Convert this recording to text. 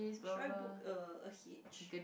should I book a a hitch